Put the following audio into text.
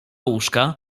łóżka